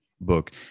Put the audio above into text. book